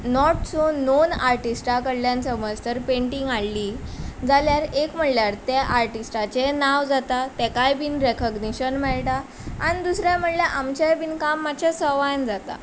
note so known आर्टिस्टा कडल्यान समज तर पेंटींग हाडली जाल्यार एक म्हणल्यार त्या आर्टिस्टाचें नांव जाता ताकाय बीन रेकोगनेशन मेळटा आनी दुसरें म्हणल्यार आमचेंय बीन काम मातशें सवायन जाता